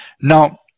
Now